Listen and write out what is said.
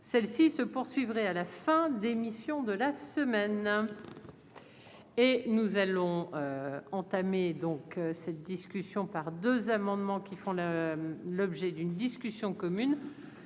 celle-ci se poursuivraient à la fin d'émission de la semaine et nous allons entamer donc cette discussion par 2 amendements qui font le l'objet d'une discussion commune